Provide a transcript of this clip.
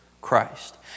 Christ